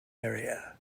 area